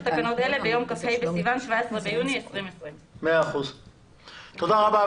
תקנות אלה ביום כ"ה בסיון (17 ביוני 2020). תודה רבה.